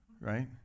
right